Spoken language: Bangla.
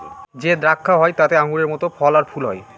যে দ্রাক্ষা হয় তাতে আঙুরের মত ফল আর ফুল হয়